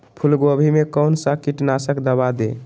फूलगोभी में कौन सा कीटनाशक दवा दे?